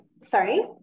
sorry